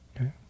Okay